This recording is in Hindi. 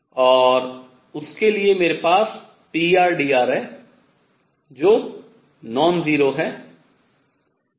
और उसके लिए मेरे पास prdr है जो non 0 है